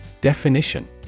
Definition